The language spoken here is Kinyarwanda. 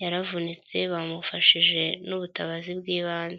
yaravunitse bamufashije n'ubutabazi bw'ibanze.